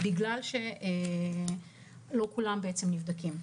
בגלל שלא כולם נבדקים.